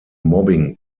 mobbing